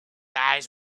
eyes